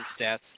stats